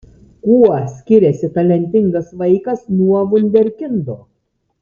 kuo skiriasi talentingas vaikas nuo vunderkindo